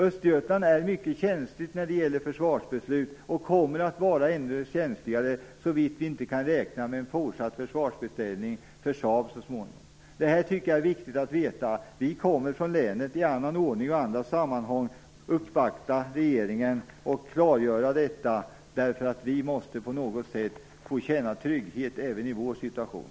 Östergötland är mycket känsligt för försvarsbeslut och kommer att vara ännu känsligare såvitt vi inte kan räkna med fortsatta försvarsbeställningar för Saab. Vi kommer från länet att i annan ordning och i andra sammanhang uppvakta regeringen och klargöra detta därför att vi på något sätt måste känna trygghet även i vår situation.